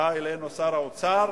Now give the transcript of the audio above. בא אלינו שר האוצר